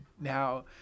Now